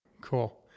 Cool